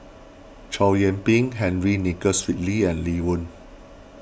Chow Yian Ping Henry Nicholas Ridley and Lee Wen